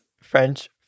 French